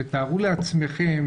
תארו לעצמכם,